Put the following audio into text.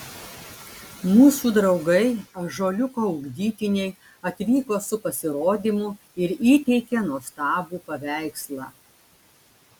mūsų draugai ąžuoliuko ugdytiniai atvyko su pasirodymu ir įteikė nuostabų paveikslą